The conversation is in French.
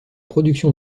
production